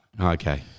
Okay